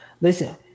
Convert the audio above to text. Listen